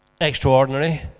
extraordinary